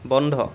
বন্ধ